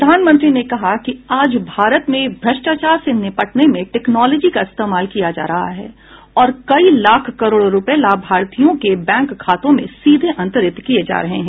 प्रधानमंत्री ने कहा कि आज भारत में भ्रष्टाचार से निपटने में टेक्नोलॉजी का इस्तेमाल किया जा रहा है और कई लाख करोड़ रुपये लाभार्थियों के बैंक खातों में सीधे अंतरित किए जा रहे हैं